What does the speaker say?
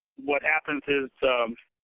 what happens is